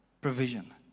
provision